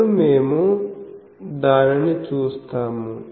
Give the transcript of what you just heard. ఇప్పుడు మేము దానిని చూస్తాము